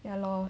ya lor